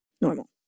Normal